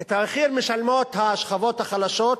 את המחיר משלמות השכבות החלשות,